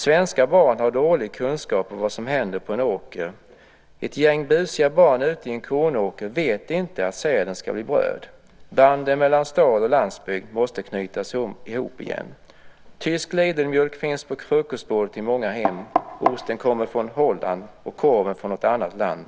Svenska barn har dålig kunskap om vad som händer på en åker. Ett gäng busiga barn ute i en kornåker vet inte att säden ska bli bröd. Banden mellan stad och landsbygd måste knytas ihop igen. Tysk Lidl-mjölk finns på frukostbordet i många hem, osten kommer från Holland och korven från något annat land.